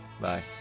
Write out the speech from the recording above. Bye